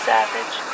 Savage